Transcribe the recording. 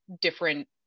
different